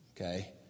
Okay